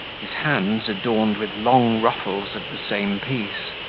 his hands adorned with long ruffles of the same piece,